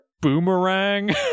boomerang